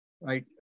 right